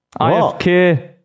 IFK